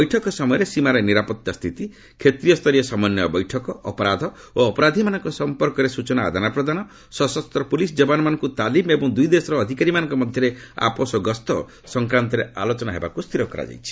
ବୈଠକ ସମୟରେ ସୀମାରେ ନିରାପତ୍ତା ସ୍ଥିତି କ୍ଷେତ୍ରୀୟସ୍ତରୀୟ ସମନ୍ଧୟ ବୈଠକ ଅପରାଧ ଓ ଅପରାଧିମାନଙ୍କ ସଂପର୍କରେ ସୂଚନା ଆଦାନପ୍ରଦାନ ସଶସ୍ତ ପୁଲିସ୍ ଯବାନମାନଙ୍କୁ ତାଲିମ ଏବଂ ଦୁଇଦେଶର ଅଧିକାରୀମାନଙ୍କ ମଧ୍ୟରେ ଆପୋଷ ଗସ୍ତ ସଂକ୍ରାନ୍ତରେ ଆଲୋଚନା ହେବାକୁ ସ୍ଥିର କରାଯାଇଛି